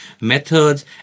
methods